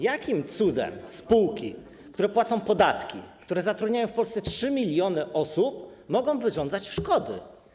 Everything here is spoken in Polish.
Jakim cudem spółki, które płacą podatki, które zatrudniają w Polsce 3 mln osób, mogą wyrządzać szkody?